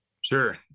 Sure